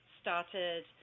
started –